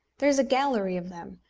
there is a gallery of them,